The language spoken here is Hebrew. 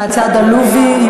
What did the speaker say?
מהצד הלובי.